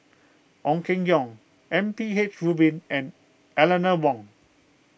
Ong Keng Yong M P H Rubin and Eleanor Wong